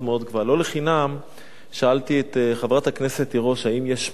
לא לחינם שאלתי את חברת הכנסת תירוש אם יש פיילוט